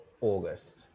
August